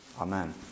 Amen